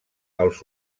als